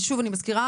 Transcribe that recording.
ושוב אני מזכירה,